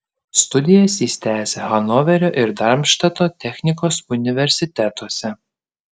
studijas jis tęsė hanoverio ir darmštato technikos universitetuose